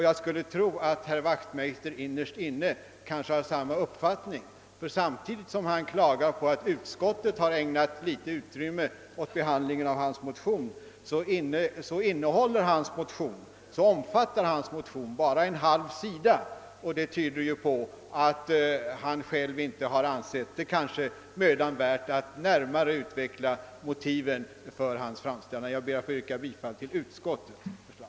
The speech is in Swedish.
Jag skulle tro att herr Wechtmeister kanske innerst inne har samma uppfattning. Han klagar över att utskottet ägnat litet utrymme åt behandlingen av hans motion men den omfattar bara en halv sida, vilket tyder på att han själv kanske inte ansett det mödan värt att närmare utveckla motiven för sin framställan. Herr talman! Jag yrkar bifall till utskottets förslag.